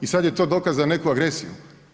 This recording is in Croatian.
I sad je to dokaz za neku agresiju.